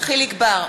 יחיאל חיליק בר,